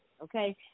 okay